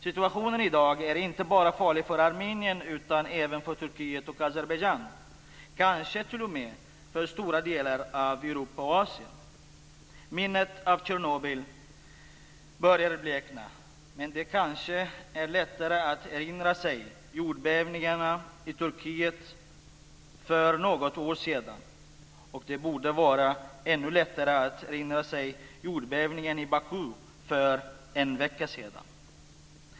Situationen i dag är inte bara farlig för Armenien, utan även för Turkiet och Azerbajdzjan - kanske t.o.m. för stora delar av Europa och Asien. Minnet av Tjernobyl börjar blekna. Men det kanske är lättare att erinra sig jordbävningarna i Turkiet för något år sedan. Och det borde vara ännu lättare att erinra sig jordbävningen i Baku för en vecka sedan.